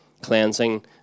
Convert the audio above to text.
Cleansing